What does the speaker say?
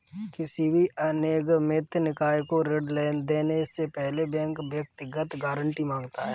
किसी भी अनिगमित निकाय को ऋण देने से पहले बैंक व्यक्तिगत गारंटी माँगता है